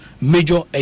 major